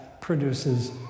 produces